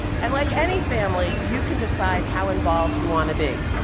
and like any family, you can decide how involved you want to be.